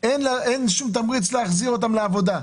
אין שום תמריץ להחזיר אותם לעבודה.